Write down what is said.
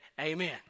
amen